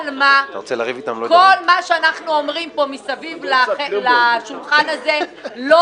אבל כל מה שאנחנו אומרים פה מסביב לשולחן הזה לא